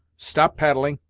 stop paddling,